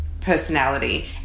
personality